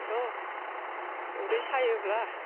थ' उदै सायोब्ला